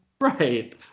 Right